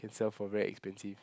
can sell for very expensive